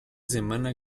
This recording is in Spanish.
semana